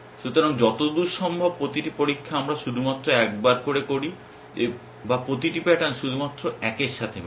সুতরাং যতদূর সম্ভব প্রতিটি পরীক্ষা আমরা শুধুমাত্র এক বার করে করি বা প্রতিটি প্যাটার্ন শুধুমাত্র একের সাথে মেলে